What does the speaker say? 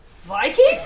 Viking